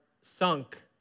sunk